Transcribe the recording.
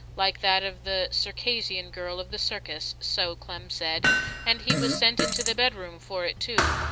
like that of the circassian girl of the circus so clem said and he was sent into the bed-room for it too,